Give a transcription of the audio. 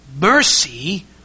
Mercy